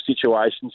situations